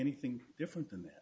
anything different than that